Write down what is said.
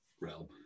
realm